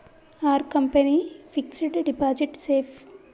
Are company fixed deposit safe?